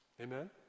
Amen